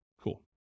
Cool